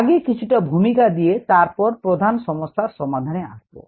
আগে কিছুটা ভূমিকা দিয়ে তারপর প্রধান সমস্যার সমাধানে আসব